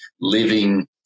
living